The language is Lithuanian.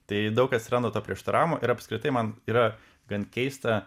tai daug atsiranda to prieštaravimo ir apskritai man yra gan keista